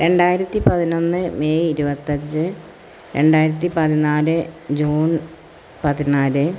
രണ്ടായിരത്തി പതിനൊന്ന് മെയ് ഇരുപത്തഞ്ച് രണ്ടായിരത്തി പതിനാല് ജൂൺ പതിനാല്